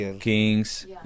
Kings